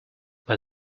but